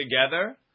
together